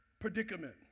predicament